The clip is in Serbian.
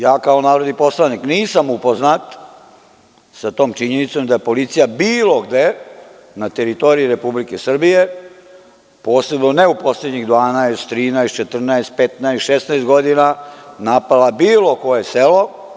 Ja kao narodni poslanik nisam upoznat sa tom činjenicom da je policija bilo gde na teritoriji Republike Srbije, posebno ne u poslednjih 12, 13, 14, 15, 16 godina, napala bilo koje selo.